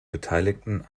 beteiligten